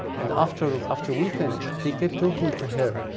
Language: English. and after after we finished, they kept talking to her.